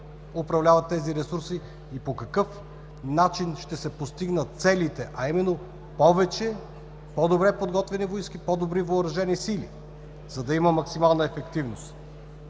управляват тези ресурси и по какъв начин ще се постигнат целите, а именно повече, по-добре подготвени войски, по-добри Въоръжени сили, за да има максимална ефективност.